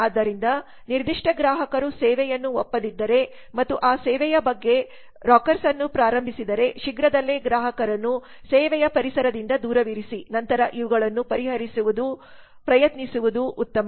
ಆದ್ದರಿಂದ ನಿರ್ದಿಷ್ಟ ಗ್ರಾಹಕರು ಸೇವೆಯನ್ನು ಒಪ್ಪದಿದ್ದರೆ ಮತ್ತು ಆ ಸೇವೆಯ ಬಗ್ಗೆ ರಾಕರ್ಸ್ ಅನ್ನು ಪ್ರಾರಂಭಿಸಿದರೆ ಶೀಘ್ರದಲ್ಲೇ ಗ್ರಾಹಕರನ್ನು ಸೇವೆಯ ಪರಿಸರದಿಂದ ದೂರವಿರಿಸಿ ನಂತರ ಇವುಗಳನ್ನು ಪರಿಹರಿಸಲು ಪ್ರಯತ್ನಿಸುವುದು ಉತ್ತಮ